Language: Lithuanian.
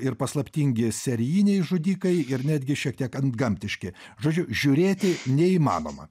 ir paslaptingi serijiniai žudikai ir netgi šiek tiek antgamtiški žodžiu žiūrėti neįmanoma